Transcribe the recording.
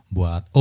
Buat